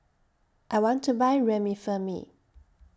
I want to Buy Remifemin